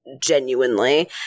genuinely